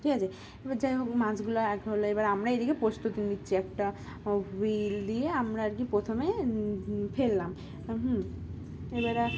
ঠিক আছে এবার যাই হোক মাছগুলো এক হলো এবার আমরা এইদিকে প্রস্তুতি নিচ্ছি একটা হুইল দিয়ে আমরা আর কি প্রথমে ফেললাম হুম এবার